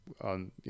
on